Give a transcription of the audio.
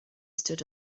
stood